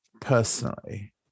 Personally